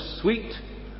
sweet